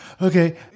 okay